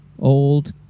old